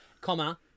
Comma